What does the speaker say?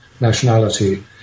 nationality